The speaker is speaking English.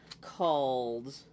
called